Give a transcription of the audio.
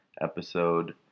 episode